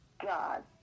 God